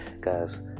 guys